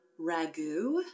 ragu